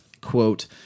quote